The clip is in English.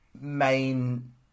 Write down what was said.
main